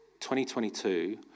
2022